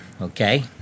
okay